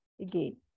again